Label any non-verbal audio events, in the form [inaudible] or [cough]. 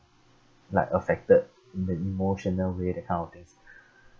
like affected in the emotional way that kind of things [noise]